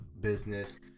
business